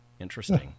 Interesting